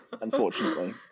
unfortunately